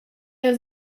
was